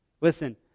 Listen